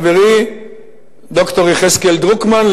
חברי ד"ר יחזקאל דרוקמן,